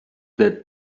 that